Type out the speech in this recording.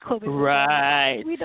Right